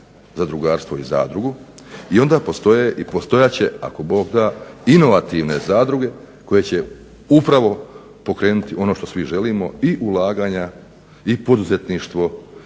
zadrugarstvo i zadrugu. I onda postoje i postojat će ako Bog da inovativne zadruge koje će upravo pokrenuti ono što svi želimo, i ulaganja i poduzetništvo